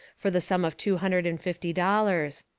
for the sum of two hundred and fifty dollars.